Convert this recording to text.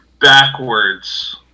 backwards